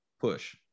Push